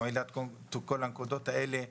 הוא העלה את כל הנקודות הללו,